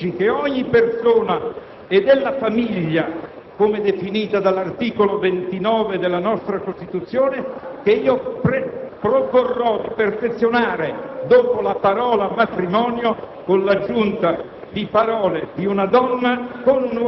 la difesa di quei valori etici di ogni persona e della famiglia, come definita dall'articolo 29 della nostra Costituzione, che io proporrò di perfezionare aggiungendo dopo la parola «matrimonio», le parole